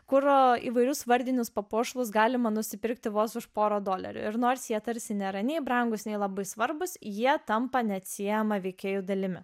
kurio įvairius vardinius papuošalus galima nusipirkti vos už porą dolerių ir nors jie tarsi nėra nei brangūs nei labai svarbūs jie tampa neatsiejama veikėjų dalimi